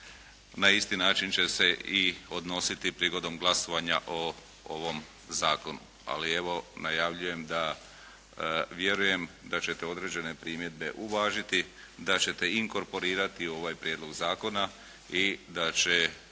na isti način će se i odnositi prigodom glasovanja o ovom zakonu, ali evo najavljujem da vjerujem da ćete određene primjedbe uvažiti, da ćete inkorporirati ovaj prijedlog zakona i da će